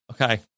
Okay